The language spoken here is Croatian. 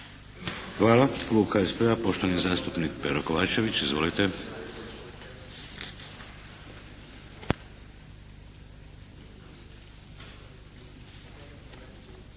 Hvala. Klub HSP-a poštovani zastupnik Pero Kovačević. Izvolite!